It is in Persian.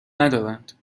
ندارند